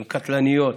הן קטלניות,